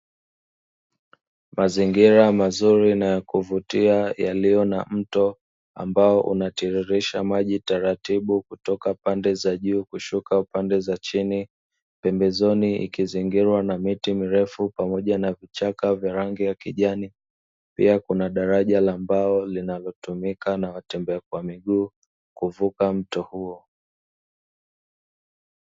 Mazingira mazuri na yakuvutia yaliyo na mto ambao unatiririsha maji taratibu kutoka pande za juu kushuka pande za chini. Pembezoni ikizingirwa na miti mirefu pamoja na vichaka vya rangi ya kijani, pia kuna daraja la mbao linalotumika na watembea kwa miguu kuvuka mto huo.